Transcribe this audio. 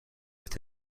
with